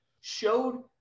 showed